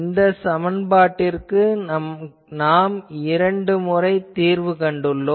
இந்த சமன்பாட்டிற்கு நாம் இரண்டு முறை தீர்வு கண்டுள்ளோம்